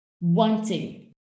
wanting